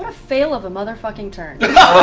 fail of a motherfucking turn.